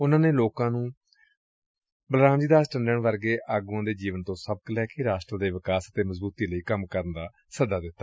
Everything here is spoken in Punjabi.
ਉਨਾਂ ਨੇ ਲੋਕਾਂ ਨੂੰ ਵੀ ਬਲਰਾਮ ਜੀ ਦਾਸ ਟੰਡਨ ਵਰਗੇ ਆਗੁਆਂ ਦੇ ਜੀਵਨ ਤੋਂ ਸਬਕ ਲੈ ਕੇ ਰਾਸ਼ਟਰ ਦੇ ਵਿਕਾਸ ਅਤੇ ਮਜ਼ਬੁਤੀ ਲਈ ਕੰਮ ਕਰਨ ਦਾ ਸੱਦਾ ਦਿੱਤਾ